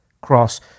cross